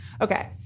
Okay